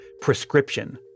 prescription